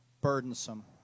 burdensome